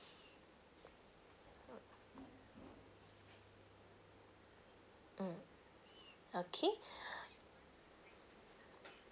mm okay